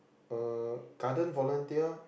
uh garden volunteer